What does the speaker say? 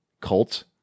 cult